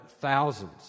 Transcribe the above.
thousands